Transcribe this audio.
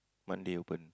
Monday open